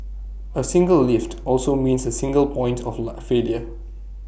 A single lift also means A single point of la failure